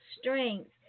strength